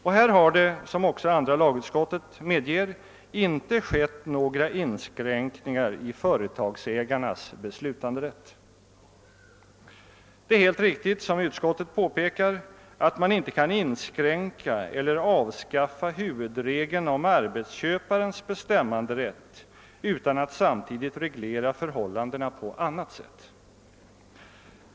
Och här har det, som också andra lagutskottet medger, inte skett några in Det är helt riktigt som utskottet påpekar att man inte kan inskränka eller avskaffa huvudregeln om arbetsköparens bestämmanderätt utan att samtidigt reglera förhållandena på annat sätt.